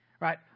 right